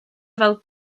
fel